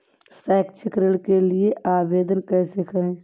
शैक्षिक ऋण के लिए आवेदन कैसे करें?